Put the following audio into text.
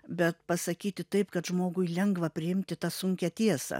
bet pasakyti taip kad žmogui lengva priimti tą sunkią tiesą